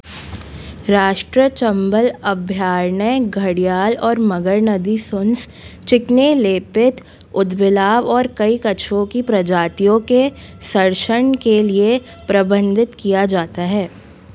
राष्ट्रीय चंबल अभयारण्य घड़ियाल और मगर नदी सूँस चिकने लेपित ऊदबिलाव और कई कछुओं की प्रजातियों के संरक्षण के लिए प्रबंधित किया जाता है